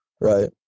right